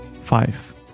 Five